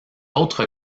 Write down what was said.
autres